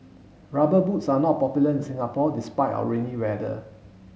rubber boots are not popular in Singapore despite our rainy weather